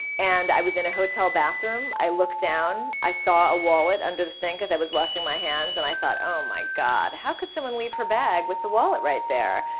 and i was in a hotel bathroom. i look down. i saw a wallet under the sink cause i was washing my hands and i thought, oh, my god. how could someone leave her bag with a wallet right there?